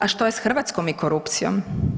A što je sa Hrvatskom i korupcijom?